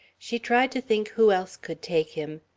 she tried to think who else could take him.